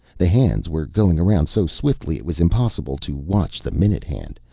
the hands were going around so swiftly it was impossible to watch the minute-hand,